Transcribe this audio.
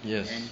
yes